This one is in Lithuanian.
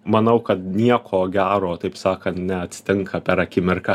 manau kad nieko gero taip sakan neatsitinka per akimirką